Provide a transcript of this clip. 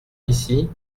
ici